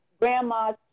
grandma's